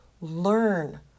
Learn